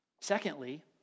Secondly